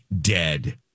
dead